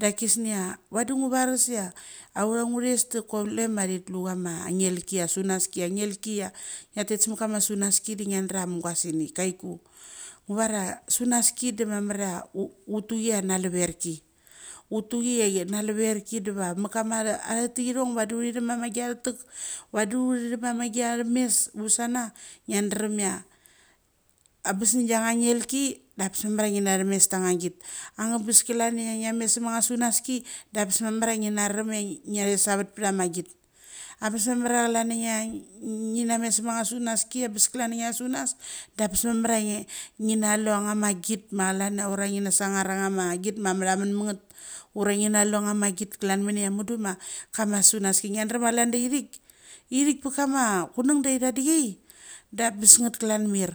Da kisnia vadu ngo vasa ai auth ngures do kule ma ngathi lu kama ngel ki ia sunaski ia ngelki ia ia tet sumakam sunaski de ngia dra amugasini kaiku. Ngu vara sunaski damamar a, uthuki ia nawver ki. Utuki ia chi nalevrki deva muk kama athatakiom vadi uthi tam mama gia tek vadu uthi thep ma magia thumes usana ngia dram ia a bes na giang ngelki da bes mamaria ngina themes ta nga git. Itha bes klan ia ngia mes semanga sunaski, da bes mamar ia ngia ram ia ngia thet savet pra ma git. Abes mamar ia klan ia ngia ngi na mes sanga sunas ki bes klan ia ngi sunas, da bes mamar ia nge ngi na lu anga git maklan ia git ura ngina sangnar ang ama git mramun mangeth. Ura ngina lu anga git klan minia mudu ma kama sunaski ngia drem ia klan ia ithik, ithik pa kama chunung da ithadai da bes mamar ia klan mir,